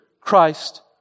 Christ